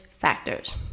factors